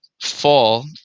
fall